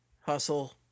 hustle